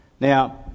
Now